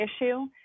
issue